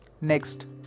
Next